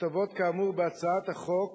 הטבות כאמור בהצעת החוק